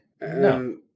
No